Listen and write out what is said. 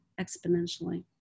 exponentially